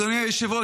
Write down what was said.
אדוני היושב-ראש,